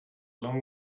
long